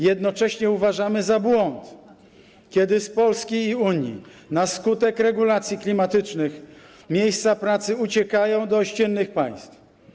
Jednocześnie uważamy za błąd, kiedy z Polski i Unii na skutek regulacji klimatycznych miejsca pracy uciekają do ościennych państw.